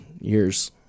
years